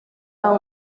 pas